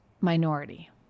minority